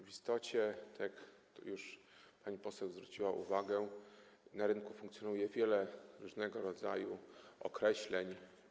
W istocie, jak już pani poseł zwróciła uwagę, na rynku funkcjonuje wiele różnego rodzaju określeń.